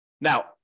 Now